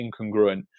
incongruent